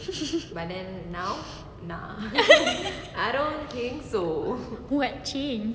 what change